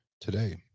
today